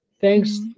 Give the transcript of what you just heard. thanks